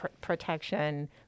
protection